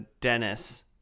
Dennis